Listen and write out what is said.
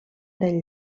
del